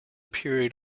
period